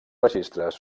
registres